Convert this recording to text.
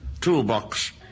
Toolbox